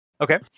Okay